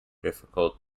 difficult